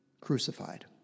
crucified